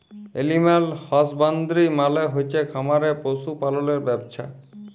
animal husbandry মালে হচ্ছে খামারে পশু পাললের ব্যবছা